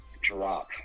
drop